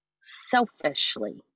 selfishly